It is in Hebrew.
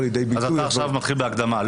אתה עכשיו מתחיל בהקדמה.